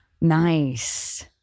Nice